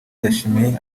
yashimiye